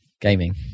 gaming